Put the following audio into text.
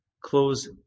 close